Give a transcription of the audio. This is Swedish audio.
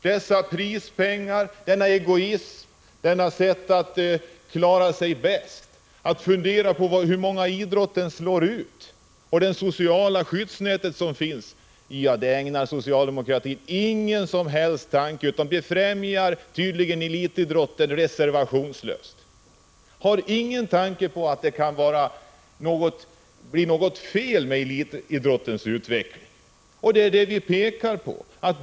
Dessa prispengar, denna egoism, detta sätt att klara sig bäst, att fundera på hur många människor idrotten slår ut och det sociala skyddsnätet, ja, detta ägnar socialdemokratin ingen som helst tanke, utan befrämjar tydligen elitidrotten reservationslöst utan hänsyn till att det kan bli något fel med elitidrottens utveckling. Det är det vi pekar på.